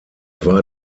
war